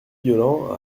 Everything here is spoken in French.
violent